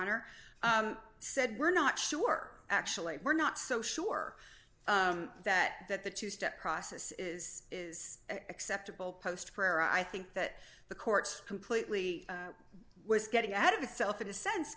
honor said we're not sure actually we're not so sure that that the two step process is is acceptable post prayer i think that the court completely was getting added itself in a sense